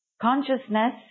consciousness